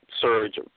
surge